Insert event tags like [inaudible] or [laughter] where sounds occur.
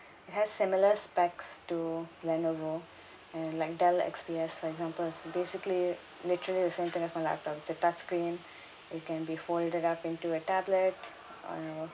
it has similar specs to Lenovo and like Dell X_P_S for examples basically literally the same thing as my laptop it's a touch screen [breath] it can be folded up into a tablet or